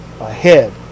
ahead